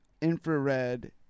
infrared